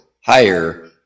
higher